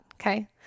Okay